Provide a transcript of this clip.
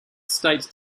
states